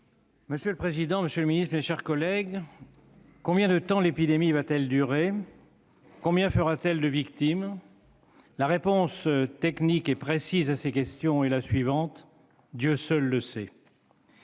Monsieur le président, monsieur le ministre, mes chers collègues, combien de temps l'épidémie va-t-elle durer ? Combien fera-t-elle de victimes ? La réponse technique et précise à ces questions est la suivante : Dieu seul le sait